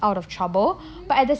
mmhmm